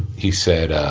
he said,